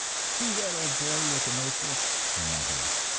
see that old boy with a note-book, said my host.